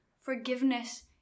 forgiveness